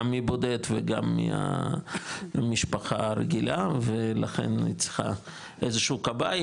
גם מבודד וגם ממשפחה רגילה ולכן היא צריכה איזשהו קביים,